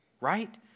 right